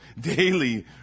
daily